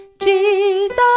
Jesus